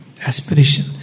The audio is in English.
aspiration